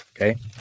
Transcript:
Okay